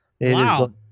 Wow